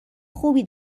خوبی